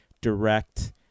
direct